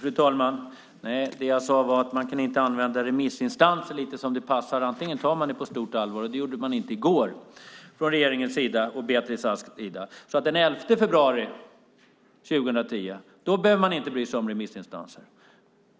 Fru talman! Nej, det jag sade var att man inte kunde använda remissinstanser lite som det passar. Antingen tar man det på stort allvar eller inte, och det gjorde man inte igår från regeringens och Beatrice Asks sida. Den 11 februari 2010 behöver man inte bry sig om remissinstanser,